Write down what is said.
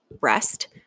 rest